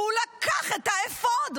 והוא לקח את האפוד,